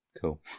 Cool